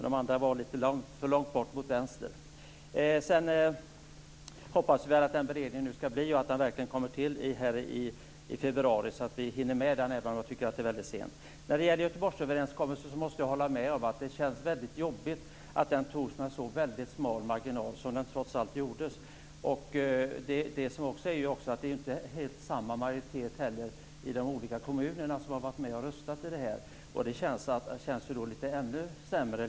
De övriga ligger litet för långt åt vänster. Jag hoppas, som sagt, att ärendet verkligen skall vara färdigberett till februari, så att vi hinner med att behandla det, även om det är väldigt sent. När det gäller Göteborgsöverenskommelsen måste jag hålla med om att det känns jobbigt att den ingicks med så smal marginal som trots allt skedde. Dessutom var det inte likadana majoriteter i de kommuner som har haft omröstningar om detta, vilket känns ännu sämre.